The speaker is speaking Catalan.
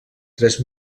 tres